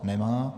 Nemá.